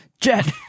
Jet